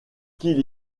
qu’il